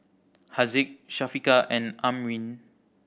Haziq Syafiqah and Amrin